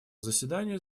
заседании